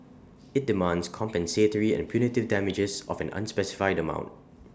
IT demands compensatory and punitive damages of an unspecified amount